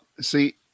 See